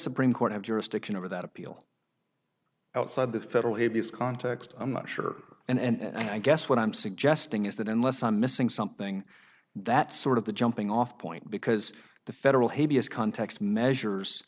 supreme court have jurisdiction over that appeal outside the federal habeas context i'm not sure and i guess what i'm suggesting is that unless i'm missing something that's sort of the jumping off point because the federal habeas context measures